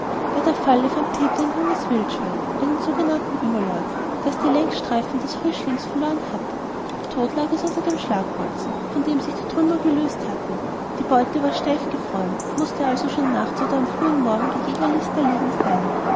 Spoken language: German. bei der falle fand peter ein junges wildschwein einen sogenannten überläufer das die längsstreifen des frischlings verloren hatte tot lag es unter dem schlagbolzen von dem sich die trümmer gelöst hatten die beute war steif gefroren mußte also schon nachts oder am frühen morgen der jägerlist erlegen sein